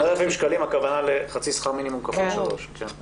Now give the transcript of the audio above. בסכום הזה הכוונה לחצי שכר מינימום כפול 3. כן.